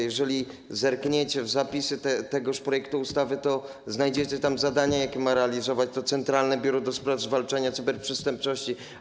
Jeżeli zerkniecie w zapisy tegoż projektu ustawy, to znajdziecie tam zadania, jakie ma realizować to Centralne Biuro Zwalczania Cyberprzestępczości.